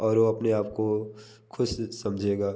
और वो अपने आप को खुश समझेगा